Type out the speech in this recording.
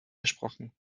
gesprochen